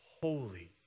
holy